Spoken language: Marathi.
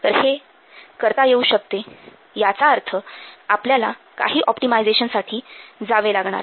तर हे करता येऊ शकते याचा अर्थ आपल्याला काही ऑप्टिमायझेशनसाठी जावे लागणार